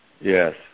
Yes